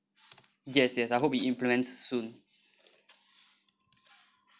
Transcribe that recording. yes yes I hope you implement soon